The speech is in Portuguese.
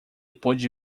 pôde